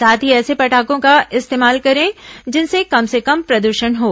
साथ ही ऐसे पटाखों का इस्तेमाल करें जिनसे कम से कम प्रद्षण हों